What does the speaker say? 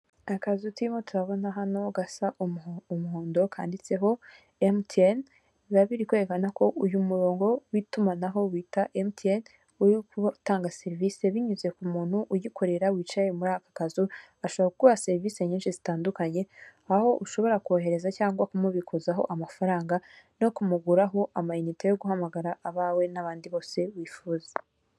Akazu turimo turabona hano gasa umuhondo kanditseho emutiyeni biba biri kwerekana ko uyu murongo w'itumanaho bita emutiyeni uri utanga serivisi binyuze ku muntu uyikorera wicaye muri aka kazu ashaka kuguha serivisi nyinshi zitandukanye aho ushobora kohereza cyangwa kumubikuzaho amafaranga no kumuguraho amayite yo guhamagara abawe n'abandi bose wifuza.